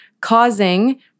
causing